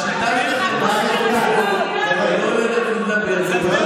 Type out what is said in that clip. הבנקים יודעים שאתה הולך לקחת להם את זה?